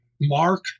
Mark